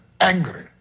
angry